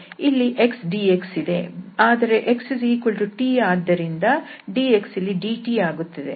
ಇಲ್ಲಿ x dx ಇದೆ ಆದರೆ xt ಆದ್ದರಿಂದ dx ಇಲ್ಲಿ dt ಆಗುತ್ತದೆ